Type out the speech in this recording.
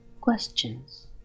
questions